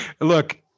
Look